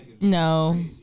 no